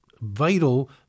vital